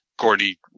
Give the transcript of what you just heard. Gordy